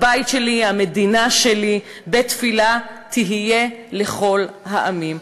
הבית שלי, המדינה שלי, בית תפילה תהיה לכל העמים.